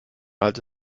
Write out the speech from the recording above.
als